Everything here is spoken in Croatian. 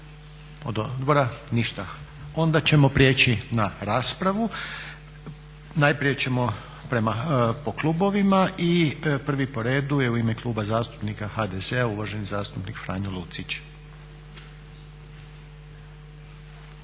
odbora uzeti riječ? Ne. Prijeći ćemo na raspravu. Najprije ćemo po klubovima i prvi po redu je u ime Kluba zastupnika HDZ-a uvaženi zastupnik Franjo Lucić.